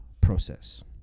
process